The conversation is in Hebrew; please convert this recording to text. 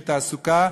בתעסוקה.